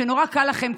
נורא קל לכם,